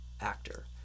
actor